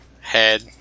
head